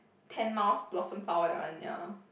Ten Miles Blossom Flower that one ya